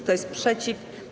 Kto jest przeciw?